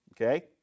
Okay